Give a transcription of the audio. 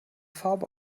farbe